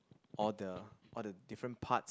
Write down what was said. all the all the different parts